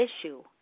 issue